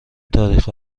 تاریخ